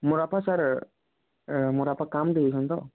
ମୋର୍ ବାପା ସାର୍ ମୋ ବାପା କାମ ଯାଇଛନ୍ତି ତ